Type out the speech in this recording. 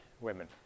women